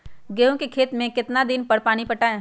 गेंहू के खेत मे कितना कितना दिन पर पानी पटाये?